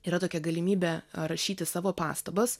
yra tokia galimybė rašyti savo pastabas